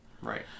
Right